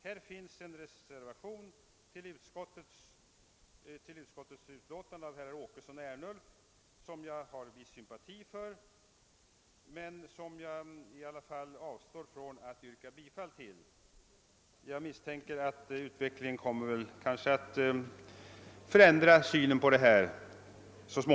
Herrar Åkesson och Ernulf har på denna punkt i utskottets utlåtande avgivit en reservation som jag har viss sympati för, men jag avstår ändå från att yrka bifall till den. Jag misstänker att utvecklingen så småningom kommer att förändra synen på detta.